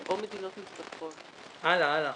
הלאה.